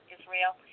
Israel